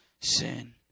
Sin